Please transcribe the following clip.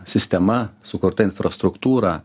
sistema sukurta infrastruktūra